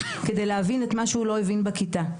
כדי להבין את מה שהוא לא הבין בכיתה.